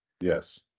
yes